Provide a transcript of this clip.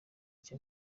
cya